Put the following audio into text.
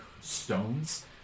stones